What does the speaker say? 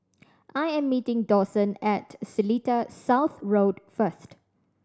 I am meeting Dawson at Seletar South Road first